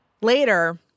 Later